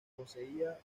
poseía